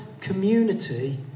community